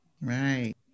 Right